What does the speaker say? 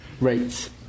rates